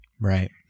Right